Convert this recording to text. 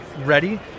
ready